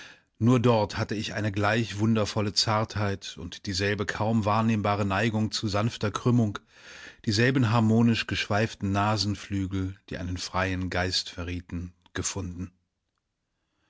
nur dort hatte ich eine gleich wundervolle zartheit und dieselbe kaum wahrnehmbare neigung zu sanfter krümmung dieselben harmonisch geschweiften nasenflügel die einen freien geist verrieten gefunden